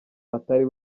atari